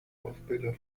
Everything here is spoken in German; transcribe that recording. ausbilder